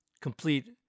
complete